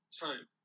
time